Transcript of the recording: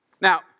Now